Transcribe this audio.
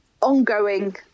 ongoing